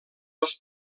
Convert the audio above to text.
dos